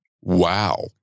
Wow